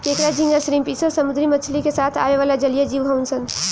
केकड़ा, झींगा, श्रिम्प इ सब समुंद्री मछली के साथ आवेला जलीय जिव हउन सन